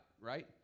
right